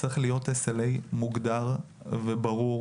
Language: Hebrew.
צריך להיות SLA מוגדר וברור.